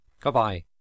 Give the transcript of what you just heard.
Goodbye